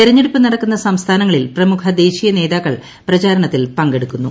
തെരഞ്ഞെടുപ്പ് നടക്കുന്ന സംസ്ഥാനങ്ങളിൽ പ്രമുഖ ദേശീയ നേതാക്കൾ പ്രചാരണത്തിൽ പങ്കെടുക്കുന്നു